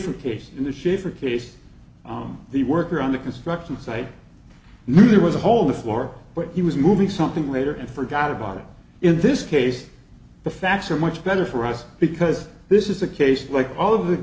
er case in the schaefer case the worker on the construction site knew there was a hole in the floor but he was moving something later and forgot about it in this case the facts are much better for us because this is a case like all of the